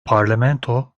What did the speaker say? parlamento